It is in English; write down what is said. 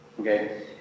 Okay